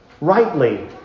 rightly